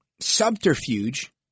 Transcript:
subterfuge